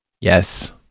Yes